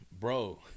bro